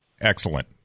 Excellent